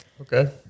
Okay